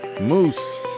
Moose